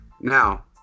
Now